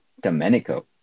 Domenico